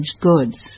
goods